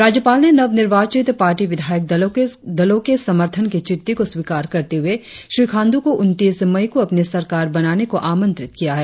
राज्यपाल ने नव निर्वाचित पार्टी विधायक दलों के समर्थन की चिट्ठी को स्वीकार करते हुए श्री खांडू को उन्तीस मई को अपनी सरकार बनाने को आमंत्रित किया है